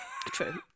True